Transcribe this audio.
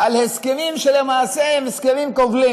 על הסכמים שלמעשה הם הסכמים כובלים